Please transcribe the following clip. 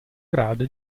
grado